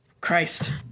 Christ